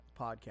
podcast